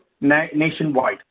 nationwide